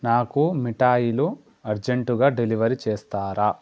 నాకు మిఠాయిలు అర్జంటుగా డెలివరీ చేస్తారా